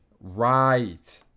Right